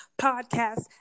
podcast